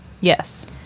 yes